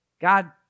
God